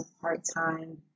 part-time